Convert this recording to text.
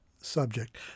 subject